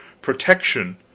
protection